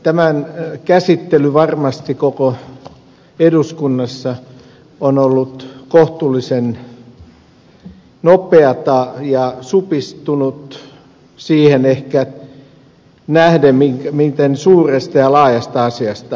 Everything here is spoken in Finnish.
tämän käsittely varmasti koko eduskunnassa on ollut kohtuullisen nopeata ja supistunut ehkä siihen nähden miten suuresta ja laajasta asiasta on kyse